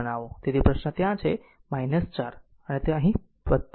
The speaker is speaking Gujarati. તેથી આ પ્રશ્ન તે ત્યાં છે 4 છે અને તે અહીં 24 છે